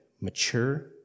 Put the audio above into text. mature